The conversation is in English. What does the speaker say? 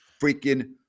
freaking